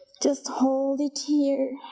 just hold it here,